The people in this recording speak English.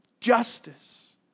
Justice